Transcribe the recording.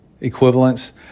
equivalents